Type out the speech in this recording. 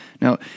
Now